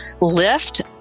lift